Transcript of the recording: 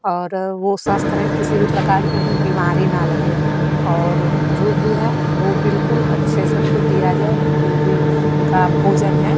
और वे स्वस्थ रहें किसी भी प्रकार के उन्हें बीमारी न लगे और जो भी है वे बिलकुल अच्छे से उनको दिया जाए जो भी उनका भोजन है